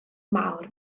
mawr